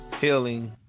healing